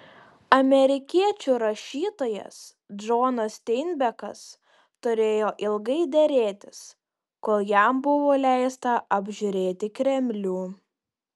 amerikiečių rašytojas džonas steinbekas turėjo ilgai derėtis kol jam buvo leista apžiūrėti kremlių